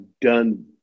done